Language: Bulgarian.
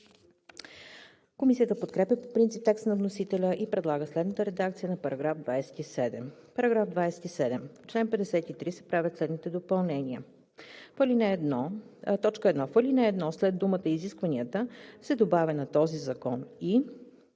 Комисията подкрепя по принцип текста на вносителя и предлага следната редакция на § 27: „§ 27. В чл. 53 се правят следните допълнения: 1. В ал. 1 след думата „изискванията“ се добавя „на този закон и“.